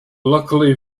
luckily